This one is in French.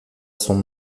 son